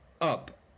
up